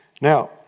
Now